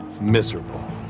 miserable